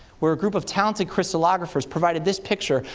where a group of talented crystallographers provided this picture,